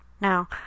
Now